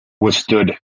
withstood